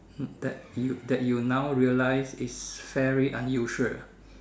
that you that you now realize is very unusual